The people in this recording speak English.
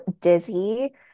dizzy